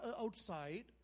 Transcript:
outside